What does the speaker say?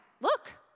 look